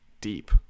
deep